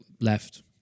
left